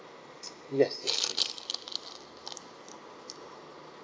yes yes please